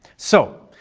so,